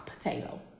potato